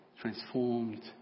transformed